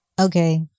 Okay